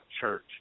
church